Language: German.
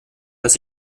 dass